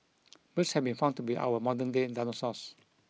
birds have been found to be our modern day dinosaurs